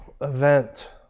event